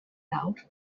nawr